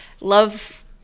love